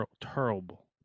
Terrible